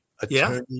Attorney